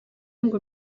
ngo